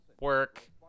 work